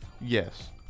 Yes